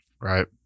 Right